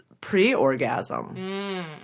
pre-orgasm